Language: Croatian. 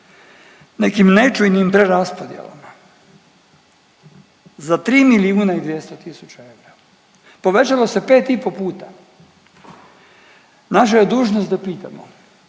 nekim nečujnim preraspodjelama za 3 milijuna i 200 000 eura. Povećalo je pet i pol puta. Naša je dužnost da pitamo